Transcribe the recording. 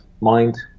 mind